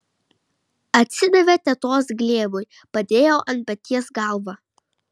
atsidavė tetos glėbiui padėjo ant peties galvą